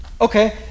Okay